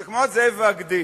זה כמו הזאב והגדי.